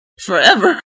forever